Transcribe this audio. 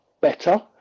better